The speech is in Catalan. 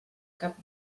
cap